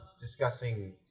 discussing